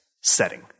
setting